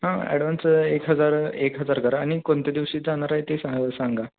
हां ॲडव्हान्स एक हजार एक हजार करा आणि कोणत्या दिवशी जाणार आहे ते सा सांगा